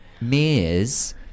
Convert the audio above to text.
Mears